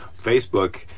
Facebook